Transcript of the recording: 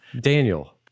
Daniel